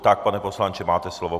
Tak pane poslanče, máte slovo.